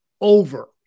over